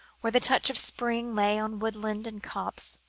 where the touch of spring lay on woodland and copse,